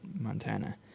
Montana